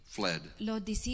fled